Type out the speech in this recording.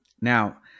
now